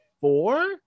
Four